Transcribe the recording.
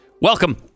Welcome